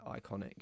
iconic